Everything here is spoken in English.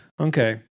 Okay